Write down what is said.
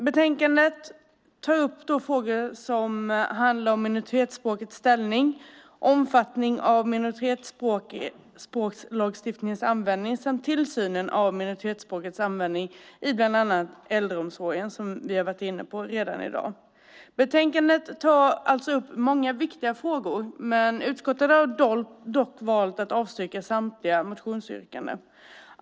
Betänkandet tar upp frågor som handlar om minoritetsspråkens ställning, omfattning av minoritetsspråkslagstiftningens användning samt tillsynen av minoritetsspråkens användning i bland annat äldreomsorgen, vilken vi redan har varit inne på i dag. Betänkandet tar alltså upp många viktiga frågor, men utskottet har dock valt att avstyrka samtliga motionsyrkanden.